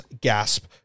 gasp